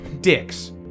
dicks